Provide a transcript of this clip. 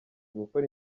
gukora